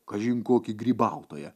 kažin kokį grybautoją